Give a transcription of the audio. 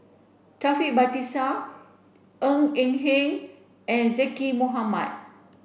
Taufik Batisah Ng Eng Hen and Zaqy Mohamad